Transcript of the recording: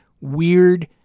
weird